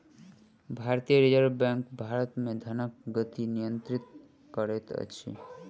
भारतीय reserve bank Bharat मे धनक गति नियंत्रित करैत अछि